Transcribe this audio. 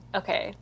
okay